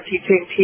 teaching